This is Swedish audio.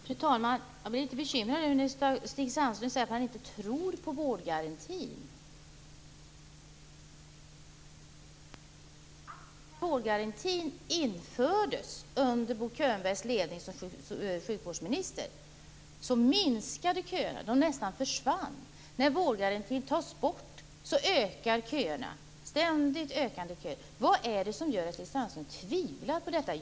Fru talman! Jag blir litet bekymrad när Stig Sandström säger att han inte tror på vårdgarantin. Vi vet att köerna minskade när vårdgarantin infördes under Bo Könbergs ledning som sjukvårdsminister. De försvann nästan. När vårdgarantin togs bort, ökade köerna. Det har blivit ständigt ökande köer. Vad är det som gör att Stig Sandström tvivlar på detta?